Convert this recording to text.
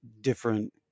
different